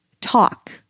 talk